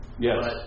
Yes